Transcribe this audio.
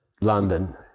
London